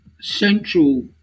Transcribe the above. central